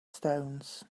stones